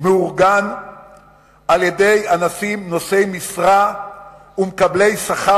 מאורגן של אנשים נושאי משרה ומקבלי שכר